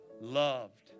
loved